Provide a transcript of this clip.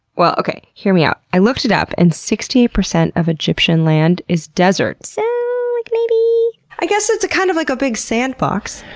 well, okay hear me out, i looked it up and sixty eight percent of egyptian land is desert so like high i guess it's kind of like a big sandbox.